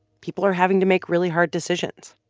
people are having to make really hard decisions.